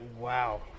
Wow